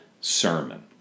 sermon